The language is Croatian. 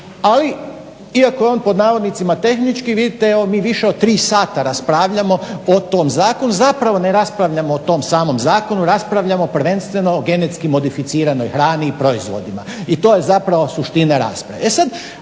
ali iako je on "tehnički" vidite mi više od tri sata raspravljamo o tom zakonu, zapravo ne raspravljamo o tom samom zakonu, raspravljamo prvenstveno o GMO hrani i proizvodima i to je zapravo suština rasprave.